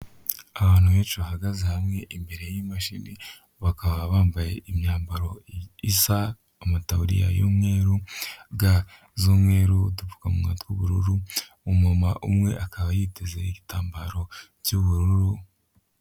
Abantu benshi bahagaze hamwe imbere y'imashini bakaba bambaye imyambaro isa amatabuririya y'umweru, ga z'umweru udupfukamunwa bw'ubururu umumama umwe akaba yiteze igitambaro cy'ubururu.